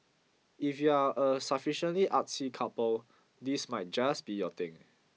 if you are a sufficiently artsy couple this might just be your thing